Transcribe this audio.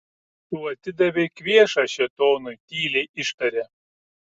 tu atidavei kvėšą šėtonui tyliai ištarė